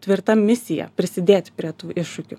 tvirta misija prisidėti prie tų iššūkių